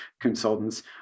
consultants